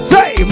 Say